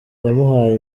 yamuhaye